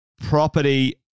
Property